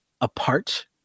Apart